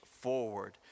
forward